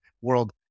world